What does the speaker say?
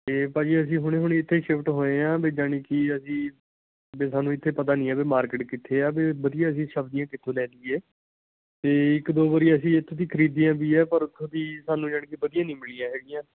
ਅਤੇ ਭਾਅ ਜੀ ਅਸੀਂ ਹੁਣੇ ਹੁਣੇ ਇੱਥੇ ਸ਼ਿਫਟ ਹੋਏ ਹਾਂ ਵੀ ਜਾਣੀ ਕਿ ਅਸੀਂ ਵੀ ਸਾਨੂੰ ਇੱਥੇ ਪਤਾ ਨਹੀਂ ਹੈ ਵੀ ਮਾਰਕੀਟ ਕਿੱਥੇ ਆ ਅਤੇ ਵਧੀਆ ਅਸੀਂ ਸਬਜ਼ੀਆਂ ਕਿੱਥੋਂ ਲੈ ਲਈਏ ਅਤੇ ਇੱਕ ਦੋ ਵਾਰੀ ਅਸੀਂ ਇੱਥੋਂ ਦੀ ਖਰੀਦੀਆਂ ਵੀ ਆ ਪਰ ਉੱਥੋਂ ਦੀ ਸਾਨੂੰ ਜਾਣੀ ਕਿ ਵਧੀਆ ਨਹੀਂ ਮਿਲੀਆ ਹੈਗੀਆਂ